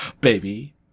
Baby